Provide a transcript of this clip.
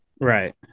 Right